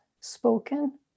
spoken